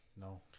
No